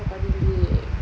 asal kau delete